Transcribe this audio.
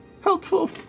helpful